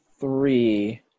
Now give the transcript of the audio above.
three